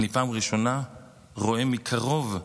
אני פעם ראשונה רואה מקרוב,